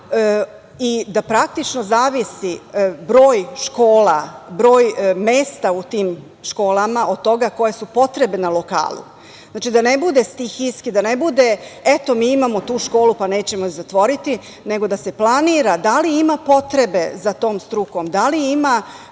i da praktično zavisi broj škola, broj mesta u tim školama od toga koje su potrebe na lokalu. Znači, da ne budu stihijski, da ne bude – eto, mi imamo tu školu, pa nećemo je zatvoriti, nego da se planira da li ima potrebe za tom strukom, da li ima